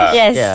yes